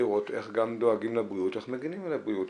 לראות איך גם דואגים לבריאות ואיך מגנים על הבריאות.